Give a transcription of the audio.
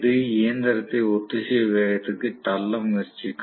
இது இயந்திரத்தை ஒத்திசைவு வேகத்திற்குத் தள்ள முயற்சிக்கும்